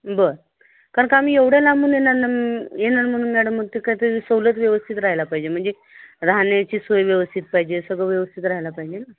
बरं कारण का मी एवढ्या लांबून येणार ना येणार म्हणून मॅडम मग ते काय तरी सवलत व्यवस्थित रहायला पाहिजे म्हणजे राहण्याची सोय व्यवस्थित पाहिजे सगळं व्यवस्थित राहिला पाहिजे ना